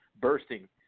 bursting